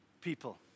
people